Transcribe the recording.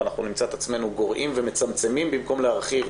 ואנחנו נמצא את עצמנו גורעים ומצמצמים במקום להרחיב.